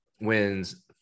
wins